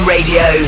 Radio